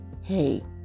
hey